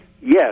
Yes